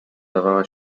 dawała